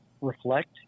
reflect